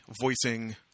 voicing